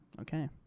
Okay